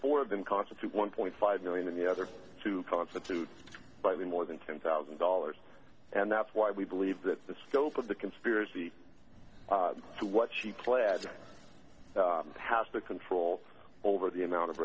four of them constitute one point five million and the other two constitute by the more than ten thousand dollars and that's why we believe that the scope of the conspiracy to what she pledged to pass the control over the amount of